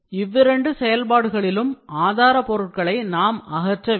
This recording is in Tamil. இவ்விரண்டு செயல்பாடுகளிலும் ஆதாரபொருட்களை நாம் அகற்றவேண்டும்